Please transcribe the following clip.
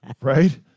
right